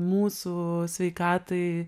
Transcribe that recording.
mūsų sveikatai